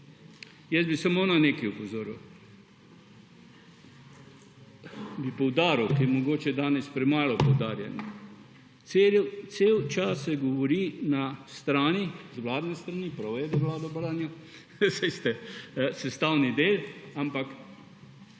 Jaz bi samo na nekaj opozoril. Bi poudaril, ker je mogoče danes premalo poudarjeno, cel čas se govori na strani, vladni strani, prav je, da Vlado branijo, saj ste sestavni del, ampak